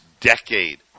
decade